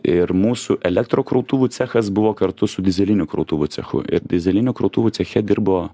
ir mūsų elektrokrautuvų cechas buvo kartu su dyzelinių krautuvų cechu ir dyzelinių krautuvų ceche dirbo